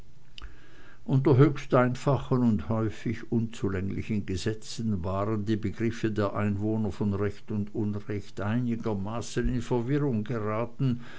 unter höchst einfachen und häufig unzulänglichen gesetzen waren die begriffe der einwohner von recht und unrecht einigermaßen in verwirrung geraten